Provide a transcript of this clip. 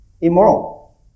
immoral